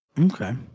Okay